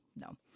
no